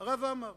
הרב עמאר